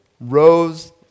rose